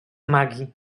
magii